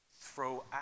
throw